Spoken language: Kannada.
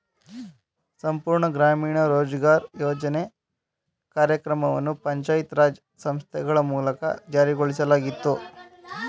ಸಂಪೂರ್ಣ ಗ್ರಾಮೀಣ ರೋಜ್ಗಾರ್ ಯೋಜ್ನ ಕಾರ್ಯಕ್ರಮವನ್ನು ಪಂಚಾಯತ್ ರಾಜ್ ಸಂಸ್ಥೆಗಳ ಮೂಲಕ ಜಾರಿಗೊಳಿಸಲಾಗಿತ್ತು